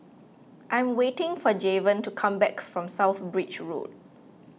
I'm waiting for Javen to come back from South Bridge Road